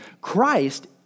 Christ